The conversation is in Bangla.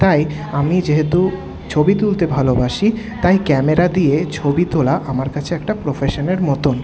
তাই আমি যেহেতু ছবি তুলতে ভালোবাসি তাই ক্যামেরা দিয়ে ছবি তোলা আমার কাছে একটা প্রফেশনের মতন